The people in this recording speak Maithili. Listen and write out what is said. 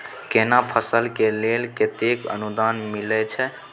केना फसल के लेल केतेक अनुदान मिलै छै?